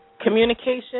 Communication